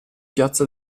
piazza